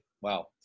Wow